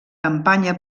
campanya